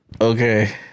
Okay